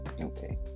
okay